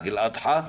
אל אדחא,